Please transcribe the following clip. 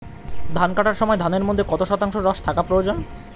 ধান কাটার সময় ধানের মধ্যে কত শতাংশ রস থাকা প্রয়োজন?